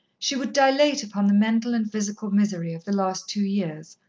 she would dilate upon the mental and physical misery of the last two years,